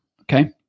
Okay